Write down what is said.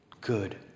good